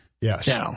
Yes